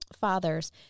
fathers